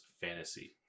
Fantasy